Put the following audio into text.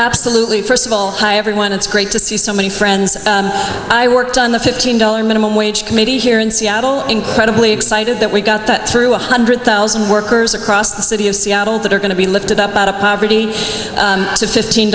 absolutely first of all hi everyone it's great to see so many friends i worked on the fifteen dollar minimum wage committee here in seattle incredibly excited that we've got that one hundred thousand workers across the city of seattle that are going to be lifted up out of poverty to fifteen